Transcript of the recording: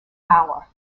hour